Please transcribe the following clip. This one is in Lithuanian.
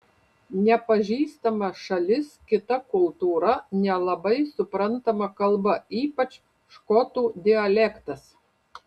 nepažįstama šalis kita kultūra nelabai suprantama kalba ypač škotų dialektas